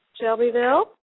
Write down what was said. shelbyville